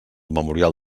memorial